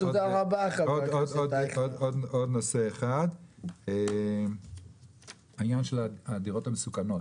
עוד נושא אחד, עניין הדירות המסוכנות